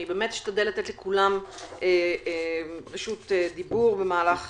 אני באמת אשתדל לתת לכולם רשות דיבור במהלך